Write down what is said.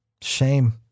Shame